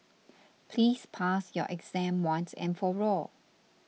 please pass your exam once and for all